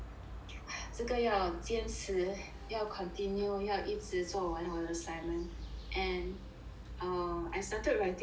这个要坚持要 continue 要一直做完我的 assignment and uh I started writing a book